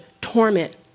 torment